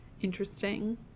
interesting